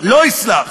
לא אסלח,